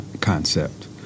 concept